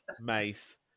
Mace